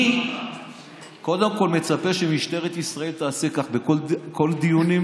אני קודם כול מצפה שמשטרת ישראל תעשה כך בכל הדיונים,